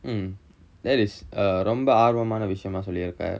um that is a ரொம்ப ஆர்வமான விஷயமா சொல்லி இருக்க:romba aarvamaana vishayamaa solli irukka